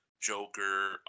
Joker